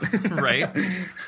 Right